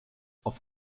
auf